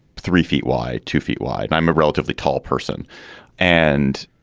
three feet wide, two feet wide. i'm a relatively tall person and